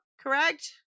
Correct